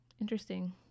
Interesting